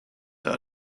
out